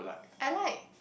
I like